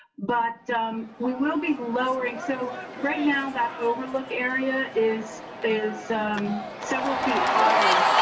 but we will be lowering so right now that overlook area is is several feet higher